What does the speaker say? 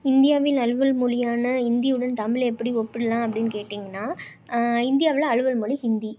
இந்தியாவில் அலுவல் மொழியான ஹிந்தியுடன் தமிழை எப்படி ஒப்பிடலாம் அப்படினு கேட்டிங்கனா இந்தியாவில் அலுவல் மொழி இந்தி